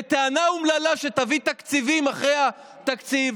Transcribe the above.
בטענה אומללה שתביא תקציבים אחרי התקציב.